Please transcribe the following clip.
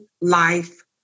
Life